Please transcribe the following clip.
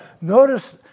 Notice